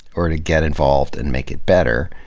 or to get involved and make it better?